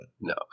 no